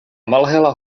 malhela